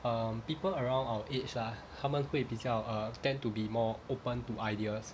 um people around our age ah 他们会比较 err tend to be more open to ideas